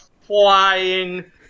flying